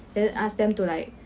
and then ask them to like